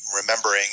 remembering